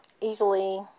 easily